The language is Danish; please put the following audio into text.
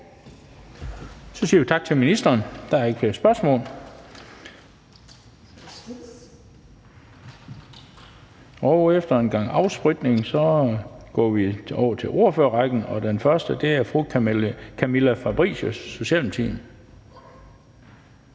Så siger vi tak til ministeren. Der er ikke flere spørgsmål. Efter en gang afspritning går vi over til ordførerrækken, og den første er fru Camilla Fabricius, Socialdemokratiet.